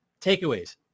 Takeaways